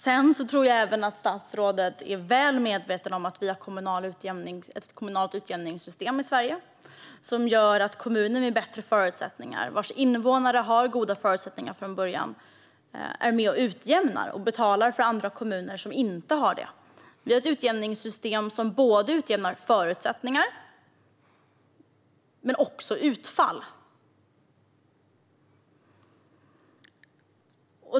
Jag tror att statsrådet är väl medveten om att vi har ett kommunalt utjämningssystem i Sverige som gör att kommuner med bättre förutsättningar och vars invånare har goda förutsättningar från början är med och utjämnar och betalar för andra kommuner som inte har dessa förutsättningar. Vi har ett utjämningssystem som utjämnar både förutsättningar och utfall.